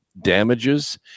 damages